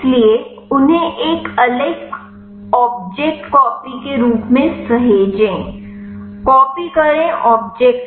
इसलिए उन्हें एक अलग ऑब्जेक्ट कॉपी के रूप में सहेजें कॉपी करे ऑब्जेक्ट के लिए